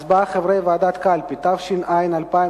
התשס"ח 2008, מוועדת הכלכלה לוועדת העבודה,